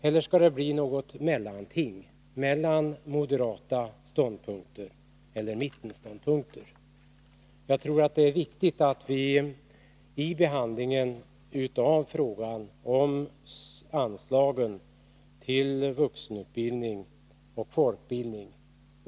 Eller skall det bli något mellanting mellan moderata ståndpunkter och mittenståndpunkter? Jag tror att det är viktigt att vi understryker det här vid behandlingen av frågan om anslagen till vuxenutbildning och folkbildning.